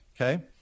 Okay